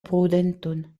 prudenton